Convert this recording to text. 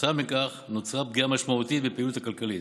וכתוצאה מכך נוצרה פגיעה משמעותית בפעילות הכלכלית,